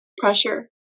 Pressure